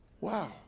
Wow